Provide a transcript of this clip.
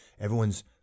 everyone's